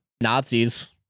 Nazis